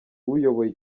uyoboye